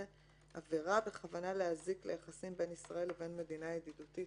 עבירה בכוונה להזיק ליחסים בין ישראל לבין מדינה ידידותית